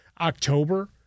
October